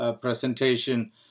presentation